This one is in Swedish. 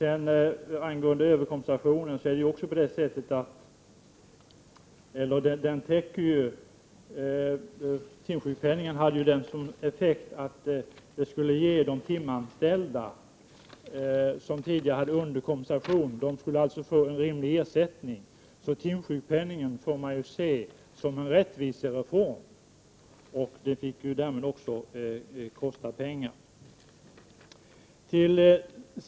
Avsikten med överkompensationen för timsjukpenningen var att ge en rimlig ersättning till de timanställda, som tidigare hade underkompensation. Timsjukpenningen får alltså ses som en rättvisereform, och den skulle därmed också få kosta pengar.